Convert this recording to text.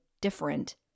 different